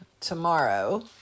tomorrow